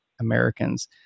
Americans